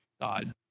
God